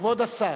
כבוד השר,